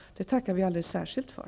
Det tackar jag alldeles särskilt för.